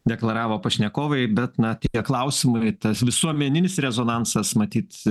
deklaravo pašnekovai bet na tie klausimai tas visuomeninis rezonansas matyt